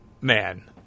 Man